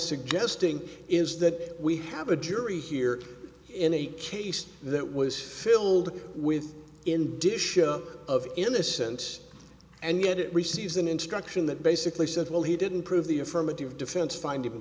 suggesting is that we have a jury here in a case that was filled with in disha of innocence and yet it receives an instruction that basically said well he didn't prove the affirmative defense find him